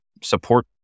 support